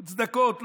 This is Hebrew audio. מוצדקות,